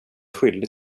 skyldig